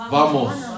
Vamos